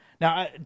Now